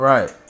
Right